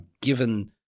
given –